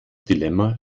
dilemma